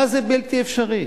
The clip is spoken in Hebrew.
מה זה בלתי אפשרי?